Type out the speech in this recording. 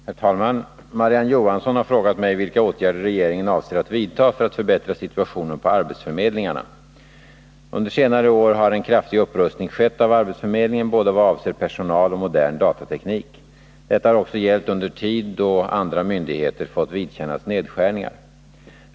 Herr talman! Marie-Ann Johansson har frågat mig vilka åtgärder regeringen avser att vidta för att förbättra situationen på arbetsförmedlingarna. Under senare år har en kraftig upprustning skett av arbetsförmedlingen både vad avser personal och vad avser modern datateknik. Detta har också gällt under tid då andra myndigheter fått vidkännas nedskärningar.